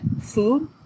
food